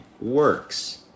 works